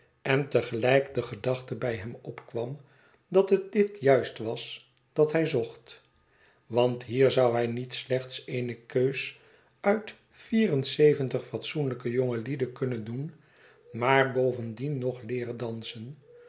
en te gelijk de gedachte bij hem opkwam dat het dit juist was dat hij zocht want hier zou hij niet slechts eene keus uit vier en zeventig fatsoenlijke jongelieden kunnen doen maar bovendien nog leeren dansen